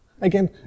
Again